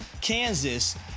Kansas